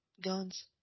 guns